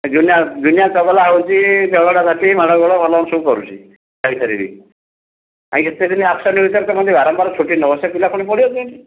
ଏ ଦୁନିଆ ଦୁନିଆ ଚଗଲା ହେଉଛି ଝଗଡ଼ାଝାଟି ମାଡ଼ଗୋଳ ଭଲମନ୍ଦ ସବୁ କରୁଛି ଖାଇସାରିକି କାଇଁ ଏତେଦିନ ଆବସେଣ୍ଟ ଭିତରେ ତୁମେ ଯଦି ବାରମ୍ବାର ଛୁଟି ନେବ ତ ସେ ପିଲା ପଢ଼ିବ କେମିତି